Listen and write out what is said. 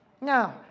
No